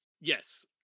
yes